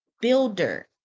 builder